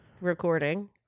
recording